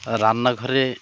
আর রান্নাঘরে